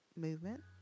Movement